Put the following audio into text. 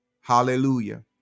Hallelujah